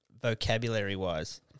vocabulary-wise